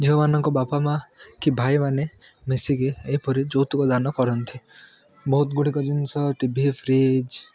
ଝିଅମାନଙ୍କ ବାପା ମାଆ କି ଭାଇମାନେ ମିଶିକି ଏପରି ଯୌତୁକ ଦାନ କରନ୍ତି ବହୁତ ଗୁଡ଼ିକ ଜିନଷ ଟି ଭି ଫ୍ରିଜ୍